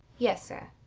yes, sir.